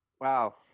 Wow